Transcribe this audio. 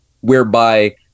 whereby